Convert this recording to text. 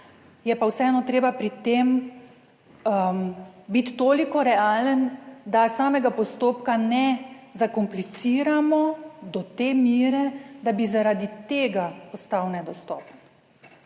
je pa vseeno treba pri tem biti toliko realen, da samega postopka ne zakompliciramo do te mere, da bi zaradi tega ostal nedostopen,